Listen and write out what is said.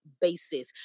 basis